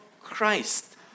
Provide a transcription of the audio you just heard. Christ